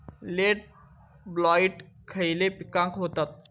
Late blight खयले पिकांका होता?